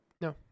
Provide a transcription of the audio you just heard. no